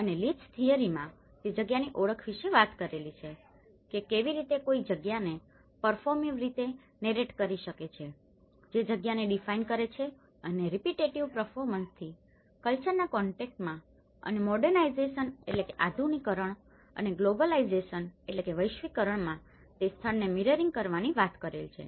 અને લીચ થિયરીમાં તે જગ્યાની ઓળખ વિશે વાત કરેલી છે કે કેવી રીતે કોઈ જગ્યાને પર્ફોર્મિવ રીતે નેરેટ કરી શકે છે જે જગ્યાને ડિફાઇન કરે છે અને રીપીટેટીવ પરફોર્મન્સથી કલ્ચરના કોન્ટેકસ્ટમાં અને મોર્ડનાઈઝેશનmodernizationઆધુનિકરણ અને ગ્લોબલાઇઝેશન globalizationવૈશ્વિકરણમાં તે સ્થળને મીરરીંગ કરવાની વાત કરેલ છે